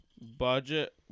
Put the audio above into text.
Budget